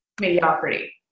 mediocrity